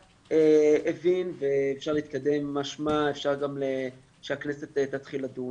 הבין ואפשר להתקדם משמע אפשר גם שהכנסת תתחיל לדון.